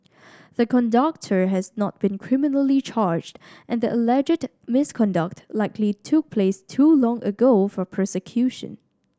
the conductor has not been criminally charged and the alleged misconduct likely took place too long ago for prosecution